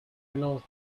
mélange